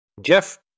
Jeff